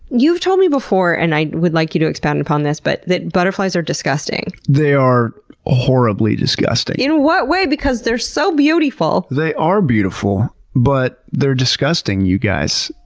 you've told me before, and i would like you to expound upon this, but that butterflies are disgusting. they are horribly disgusting. in you know what way? because they're so beauteeful. they are beautiful, but they're disgusting, you guys.